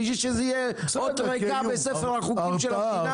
בשביל שזו תהיה אות ריקה בספר החוקים של המדינה?